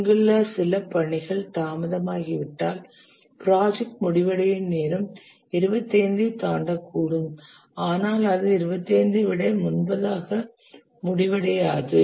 இங்குள்ள சில பணிகள் தாமதமாகிவிட்டால் ப்ராஜெக்ட் முடிவடையும் நேரம் 25 ஐ தாண்டக்கூடும் ஆனால் அது 25 ஐ விட முன்பதாக முடிவடையாது